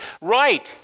right